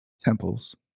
temples